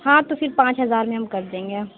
ہاں تو پھر پانچ ہزار میں ہم کر دیں گے